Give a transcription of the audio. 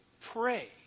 pray